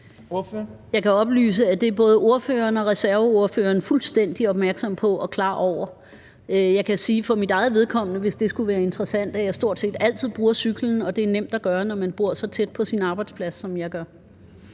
Jeg kan oplyse, at det er både ordføreren og reserveordføreren fuldstændig opmærksom på og klar over. Jeg kan sige for mit eget vedkommende, hvis det skulle være interessant, at jeg stort set altid bruger cyklen, og det er nemt at gøre, når man bor så tæt på sin arbejdsplads, som jeg gør.